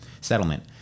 settlement